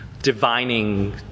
divining